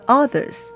others